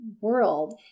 world